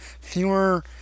fewer